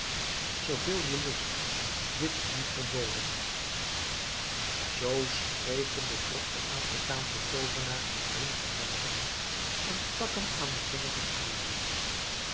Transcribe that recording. zooveel ge lust dit is je niet verboden zoo sprekende trok de afrikaansche toovenaar een ring van zijn vinger en stak hem aan den vinger van aladdin